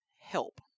help